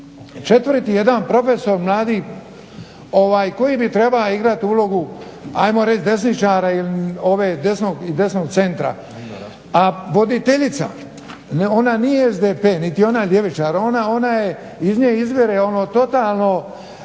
četvrti jedan profesor mladi ovaj koji bi trebao igrati ulogu ajmo reći desničara, ili ove i desnog centra, a voditeljica ona nije SDP nit je ona ljevičar, ona je iz nje izvire ono